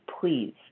please